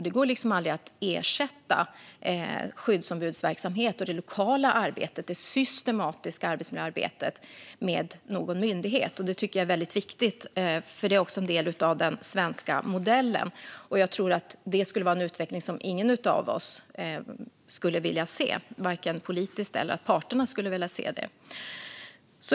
Det går aldrig att ersätta skyddsombudsverksamheten, det lokala arbetet och det systematiska arbetet, med någon myndighet. Det är viktigt. Det är också en del av den svenska modellen. Jag tror att det skulle vara en utveckling som ingen av oss, vare sig politiskt eller parterna, skulle vilja se.